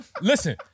Listen